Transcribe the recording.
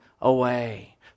away